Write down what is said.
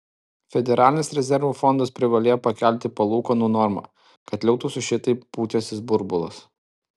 federalinis rezervų fondas privalėjo pakelti palūkanų normą kad liautųsi šitaip pūtęsis burbulas